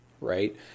right